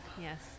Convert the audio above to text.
yes